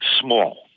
small